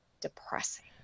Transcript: depressing